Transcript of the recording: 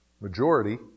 majority